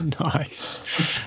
Nice